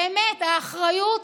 באמת, האחריות